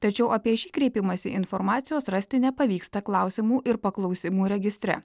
tačiau apie šį kreipimąsi informacijos rasti nepavyksta klausimų ir paklausimų registre